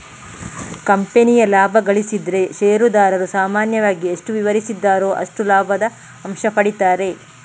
ಕಂಪನಿಯು ಲಾಭ ಗಳಿಸಿದ್ರೆ ಷೇರುದಾರರು ಸಾಮಾನ್ಯವಾಗಿ ಎಷ್ಟು ವಿವರಿಸಿದ್ದಾರೋ ಅಷ್ಟು ಲಾಭದ ಅಂಶ ಪಡೀತಾರೆ